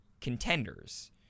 contenders